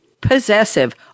possessive